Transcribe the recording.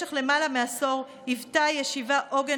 במשך למעלה מעשור הייתה הישיבה עוגן